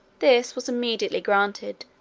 this was immediately granted,